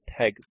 tag